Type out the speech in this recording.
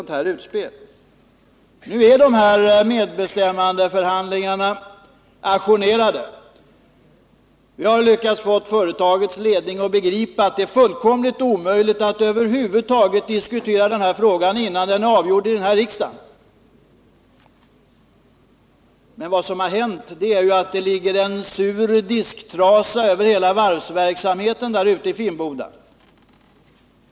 Nu är medbestämmandeförhandlingarna ajournerade. Vi har lyckats få företagets ledning att begripa att det är fullkomligt omöjligt att över huvud taget diskutera frågan innan den är avgjord här i riksdagen. Men vad som har hänt innebär att det ligger en sur disktrasa över hela varvsverksamheten ute i Finnboda.